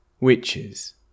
Witches